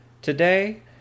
Today